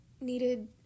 needed